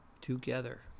together